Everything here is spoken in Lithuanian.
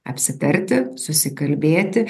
apsitarti susikalbėti